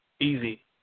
easy